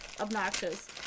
obnoxious